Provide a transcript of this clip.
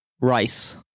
Rice